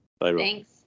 Thanks